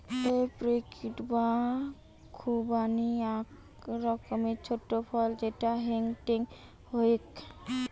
apricot বা খুবানি আক রকমের ছোট ফল যেটা হেংটেং হউক